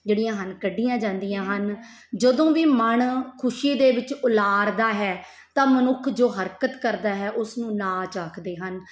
ਜਿਹੜੀਆਂ ਹਨ ਕੱਢੀਆਂ ਜਾਂਦੀਆਂ ਹਨ ਜਦੋਂ ਵੀ ਮਨ ਖੁਸ਼ੀ ਦੇ ਵਿੱਚ ਉਲਾਰਦਾ ਹੈ ਤਾਂ ਮਨੁੱਖ ਜੋ ਹਰਕਤ ਕਰਦਾ ਹੈ ਉਸਨੂੰ ਨਾਚ ਆਖਦੇ ਹਨ